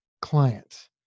client